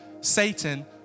Satan